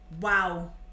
Wow